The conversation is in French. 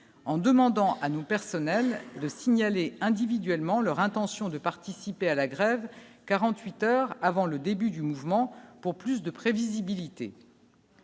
en demandant à nos personnels de signaler individuellement leur intention de participer à la grève 48h avant le début du mouvement, pour plus de prévisibilité.